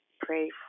pray